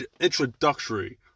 introductory